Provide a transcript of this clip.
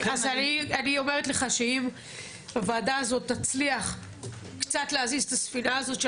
אז אני אומרת לך שאם הוועדה הזאת תצליח קצת להזיז את הספינה הזאת של